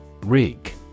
Rig